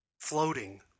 floating